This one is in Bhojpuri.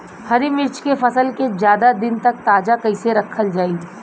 हरि मिर्च के फसल के ज्यादा दिन तक ताजा कइसे रखल जाई?